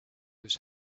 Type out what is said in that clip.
was